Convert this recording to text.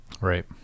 Right